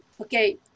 okay